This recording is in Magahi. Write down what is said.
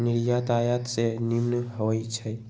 निर्यात आयात से निम्मन होइ छइ